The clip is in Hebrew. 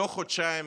בתוך חודשיים